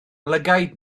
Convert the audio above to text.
lygaid